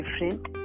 different